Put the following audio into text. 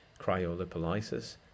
cryolipolysis